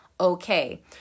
okay